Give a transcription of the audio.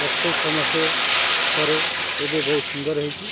ବର୍ଷେ ଛଅ ମାସେ ପରେ ଏବେ ବହୁତ ସୁନ୍ଦର ହେଇଛି